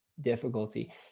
difficulty